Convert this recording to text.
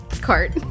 cart